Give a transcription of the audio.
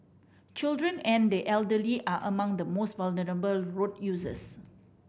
children and the elderly are among the most vulnerable road users